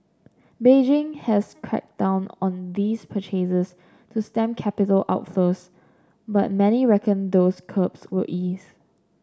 Beijing has cracked down on these purchases to stem capital outflows but many reckon those curbs will ease